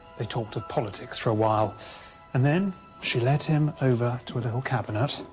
they talked of politics for a while and then she led him over to a little cabinet,